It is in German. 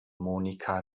monika